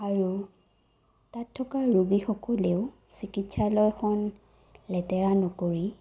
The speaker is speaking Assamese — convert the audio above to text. আৰু তাত থকা ৰোগীসকলেও চিকিৎসালয়খন লেতেৰা নকৰি